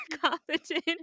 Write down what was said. competent